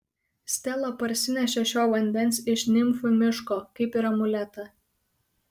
stela parsinešė šio vandens iš nimfų miško kaip ir amuletą